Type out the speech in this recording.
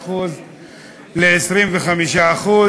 מ-26% ל-25%,